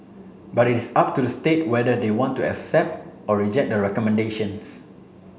but it is up to the state whether they want to accept or reject the recommendations